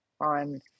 on